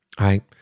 Right